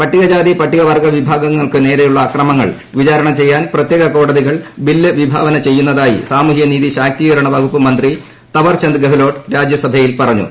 പട്ടികജാതി പട്ടികവർഗ്ഗ വിഭാഗങ്ങൾക്കു നേരെയുള്ള അക്രമങ്ങൾ വിചാരണ ചെയ്യാൻ പ്രത്യേക കോടതികൾ ബില്ല് വിഭാവന ചെയ്യുന്നതായി സാമൂഹ്യനീതി ശാക്തീകരണ വകുപ്പ്മന്ത്രി തവർചന്ദ് ഗെഹ്ലോട്ട് രാജ്യസഭയിൽ പറഞ്ഞു